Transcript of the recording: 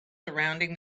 surrounding